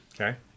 Okay